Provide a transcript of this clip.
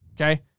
okay